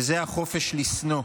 וזה החופש לשנוא.